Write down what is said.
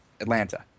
Atlanta